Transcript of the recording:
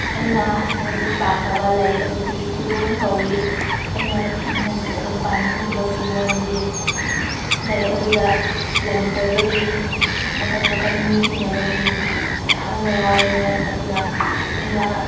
ꯑꯩꯅ ꯍꯟꯖꯤꯟ ꯍꯟꯖꯤꯟ ꯄꯥꯈ꯭ꯔꯕ ꯂꯥꯏꯔꯤꯛ ꯑꯗꯨꯗꯤ ꯈꯨꯗꯣꯟ ꯀꯧꯏ ꯑꯩꯅ ꯍꯟꯖꯤꯟ ꯍꯟꯖꯤꯟ ꯑꯗꯨꯝ ꯄꯥꯅꯤꯡꯂꯤꯕꯒꯤ ꯃꯔꯝꯗꯤ ꯂꯥꯏꯔꯤꯛ ꯑꯗꯨꯗ ꯂꯝ ꯀꯣꯏꯕꯒꯤ ꯃꯈꯟ ꯃꯈꯟ ꯃꯤ ꯊꯦꯡꯅꯕꯒꯤ ꯃꯌꯥꯝ ꯑꯃ ꯌꯥꯎꯏ ꯃꯔꯝ ꯑꯗꯨꯅ ꯑꯩꯅ